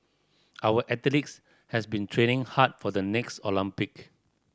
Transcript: our athletes has been training hard for the next Olympic